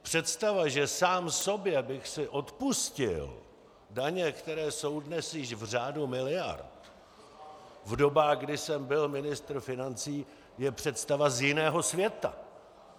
Představa, že sám sobě bych si odpustil daně, které jsou dnes již v řádu miliard, v dobách, kdy jsem byl ministr financí, je představa z jiného světa.